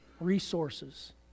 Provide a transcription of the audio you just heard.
resources